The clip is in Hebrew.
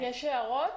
יש הערות